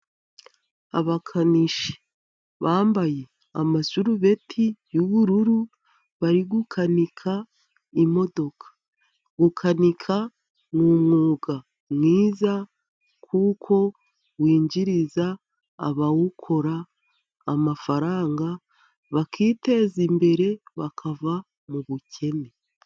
Abakanishi bambaye amasurubeti y'ubururu, bari gukanika imodoka. Gukanika ni umwuga mwiza kuko winjiriza abawukora bakiteza imbere, bakava mu bukene.